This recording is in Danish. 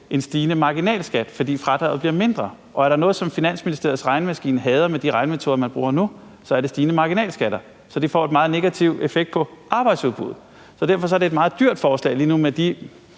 en stigende marginalskat, fordi fradraget bliver mindre. Og er der noget, som Finansministeriets regnemaskine hader med de regnemetoder, man bruger nu, så er det stigende marginalskatter, for de får en meget negativ effekt på arbejdsudbuddet. Så derfor er det lige nu et meget dyrt forslag med de